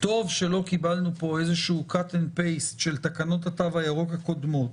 טוב שלא קיבלנו פה איזשהו cut and paste של תקנות התו הירוק הקודמות